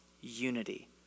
unity